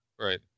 right